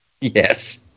Yes